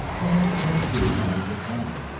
they had to come through one at a time.